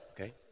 okay